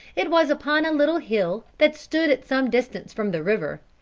it was upon a little hill that stood at some distance from the river,